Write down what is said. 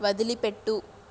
వదిలిపెట్టు